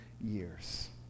years